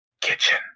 Kitchen